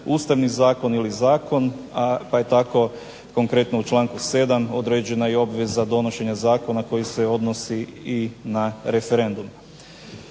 Ustavni zakon ili zakon pa je tako konkretno u članku 7. određena i obveza donošenja zakona koji se odnosi i na referendum.